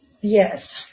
yes